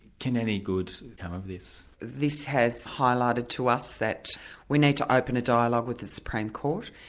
can any good come of this? this has highlighted to us that we need to open a dialogue with the supreme court,